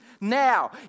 Now